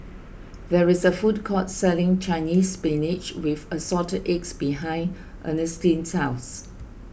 there is a food court selling Chinese Spinach with Assorted Eggs behind Ernestine's house